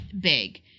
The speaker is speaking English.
big